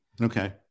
Okay